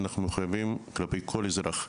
אנחנו מחויבים כלפי כל אזרח,